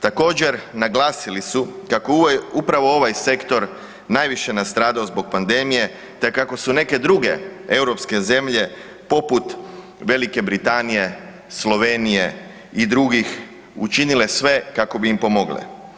Također naglasili su kako je upravo ovaj sektor najviše nastradao zbog pandemije te kako su neke druge europske zemlje poput Velike Britanije, Slovenije i drugih učinile sve kako bi im pomogle.